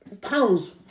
pounds